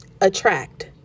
attract